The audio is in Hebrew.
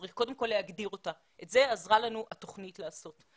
צריך קודם כל להגדיר אותה והתוכנית עזרה לנו לעשות זאת,